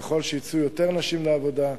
ככל שיצאו יותר נשים לעבודה,